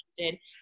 interested